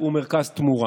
ומרכז תמורה.